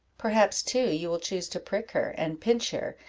perhaps, too, you will choose to prick her, and pinch her,